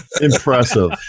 impressive